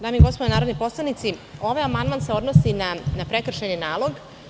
Dame i gospodo narodni poslanici, ovaj amandman se odnosi na prekršajni nalog.